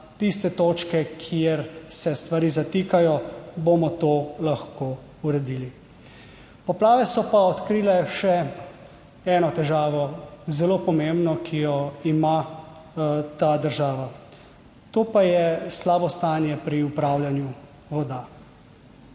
tiste točke, kjer se stvari zatikajo, bomo to lahko uredili. Poplave so pa odkrile še eno težavo, zelo pomembno, ki jo ima ta država, to pa je slabo stanje pri upravljanju voda.